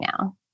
now